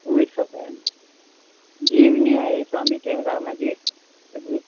उहे सभु आहिनि जीवनी आहे स्वामी टेऊंराम जी सॼी